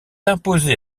imposé